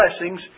blessings